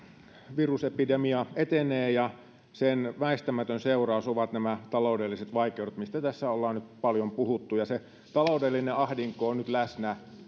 virusepidemia etenee ja sen väistämätön seuraus ovat nämä taloudelliset vaikeudet mistä tässä ollaan nyt paljon puhuttu ja se taloudellinen ahdinko on nyt läsnä